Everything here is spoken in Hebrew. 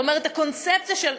ו"ישראל היום"?